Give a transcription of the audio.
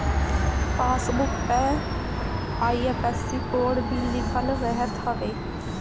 passbook पअ IFSC code भी लिखल रहत हवे